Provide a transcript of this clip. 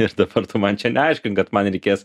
ir dabar tu man čia neaiškink kad man reikės